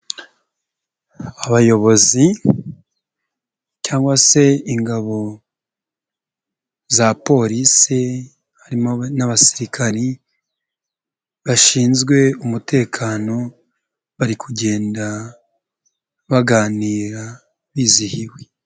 Abayobozi cyangwa se ingabo za polisi harimo n'abasirikari bashinzwe umutekano, bari kugenda baganira bizihiwe.